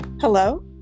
hello